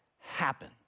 happen